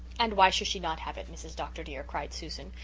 and why should she not have it, mrs. dr. dear? cried susan,